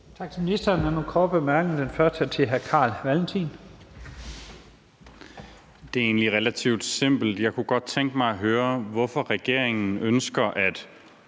Tak til ministeren. Der er nogle korte bemærkninger. Den første er til hr. Carl Valentin. Kl. 15:19 Carl Valentin (SF): Det er egentlig relativt simpelt. Jeg kunne godt tænke mig at høre, hvorfor regeringen ønsker at